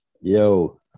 Yo